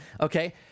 Okay